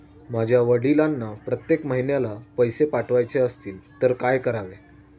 माझ्या वडिलांना प्रत्येक महिन्याला पैसे पाठवायचे असतील तर काय करावे?